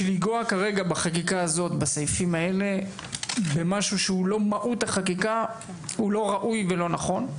לנגוע בסעיפים האלה כרגע שהם לא מהות החקיקה זה לא ראוי ולא נכון.